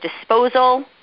Disposal